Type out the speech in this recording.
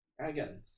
Again